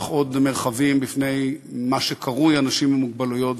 עוד מרחבים בפני מה שקרוי אנשים עם מוגבלויות.